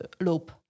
loop